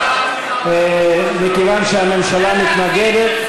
מכיוון שהממשלה מתנגדת.